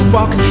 Walk